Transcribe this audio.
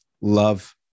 love